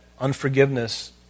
unforgiveness